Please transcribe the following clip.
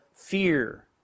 fear